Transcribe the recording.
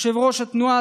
יושב-ראש התנועה,